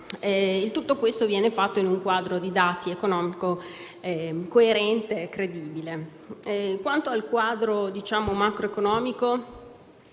Tutto questo viene fatto in un quadro economico coerente e credibile. Quanto al quadro macroeconomico,